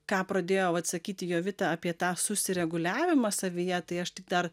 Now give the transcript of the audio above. ką pradėjo vat sakyti jovita apie tą susireguliavimą savyje tai aš tik dar